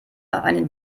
einen